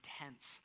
intense